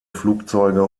flugzeuge